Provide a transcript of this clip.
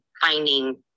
finding